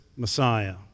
Messiah